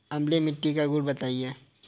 अम्लीय मिट्टी का गुण बताइये